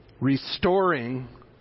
restoring